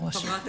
אתה רוצה